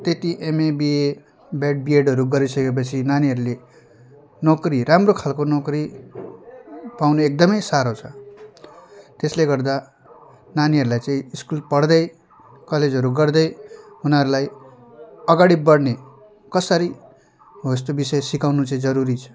त्यति MA BA BEd बिएडहरू गरिसकेपछि नानीहरूले नोकरी राम्रो खालको नोकरी पाउनु एकदमै साह्रो छ त्यसले गर्दा नानीहरूलाई चाहिँ स्कुल पढ्दै कलेजहरू गर्दै उनीहरूलाई अगाडि बढ्ने कसरी हो यस्तो विषय सिकाउनु चाहिँ जरुरी छ